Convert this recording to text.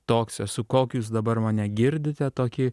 toks esu kokį jūs dabar mane girdite tokį